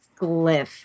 glyph